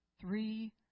three